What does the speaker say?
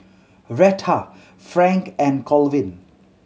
Rheta Frank and Colvin